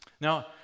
Now